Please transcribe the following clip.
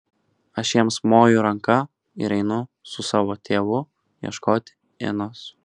aš jiems moju ranka ir einu su savo tėvu ieškoti inos